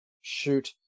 Shoot